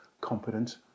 competent